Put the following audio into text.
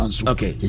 okay